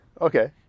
Okay